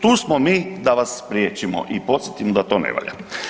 Tu smo mi da vas spriječimo i podsjetim da to ne valja.